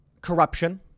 Corruption